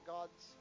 God's